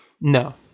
No